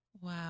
wow